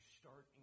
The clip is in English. start